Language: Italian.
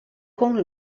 con